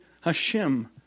Hashem